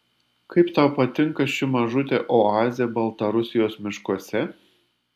kaip tau patinka ši mažutė oazė baltarusijos miškuose